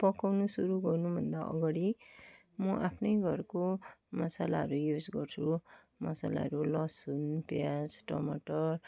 पकाउनु सुरु गर्नुभन्दा अगाडि म आफ्नै घरको मसालाहरू युज गर्छु मसालाहरू लसुन प्याज टमाटर